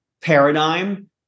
paradigm